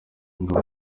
ingabo